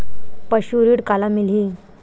पशु ऋण काला मिलही?